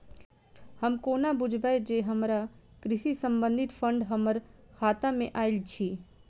हम कोना बुझबै जे हमरा कृषि संबंधित फंड हम्मर खाता मे आइल अछि?